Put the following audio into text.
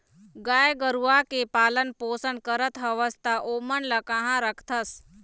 गाय गरुवा के पालन पोसन करत हवस त ओमन ल काँहा रखथस?